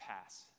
pass